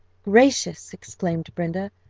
gracious! exclaimed brenda,